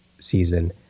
season